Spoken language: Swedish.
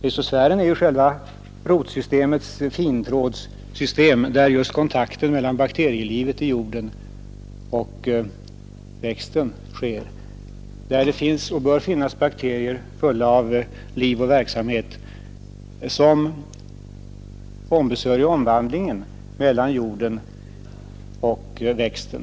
Rhizosfären är ju närzonen omkring rotsystemets fintrådssystem, där just kontakten mellan bakterielivet i jorden och växten sker, där det finns och bör finnas bakterier fulla av liv och verksamhet, som ombesörjer omvandlingen av näringen mellan jorden och växten.